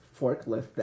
forklift